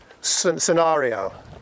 scenario